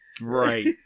right